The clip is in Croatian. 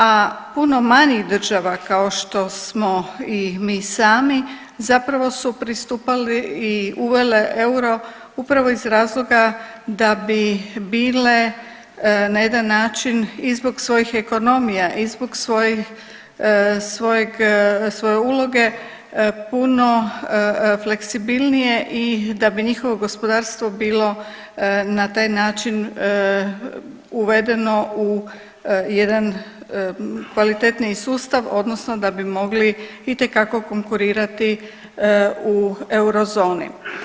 A puno manjih država kao što smo i mi sami zapravo su pristupali i uvele euro upravo iz razloga da bi bile na jedan način i zbog svojih ekonomija i zbog svoje uloge puno fleksibilnije i da bi njihovo gospodarstvo bilo na taj način uvedeno u jedan kvalitetniji sustav, odnosno da bi mogli itekako konkurirati u eurozoni.